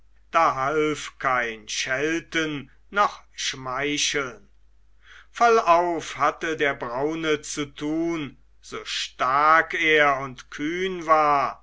es half kein schelten noch schmeicheln vollauf hatte der braune zu tun so stark er und kühn war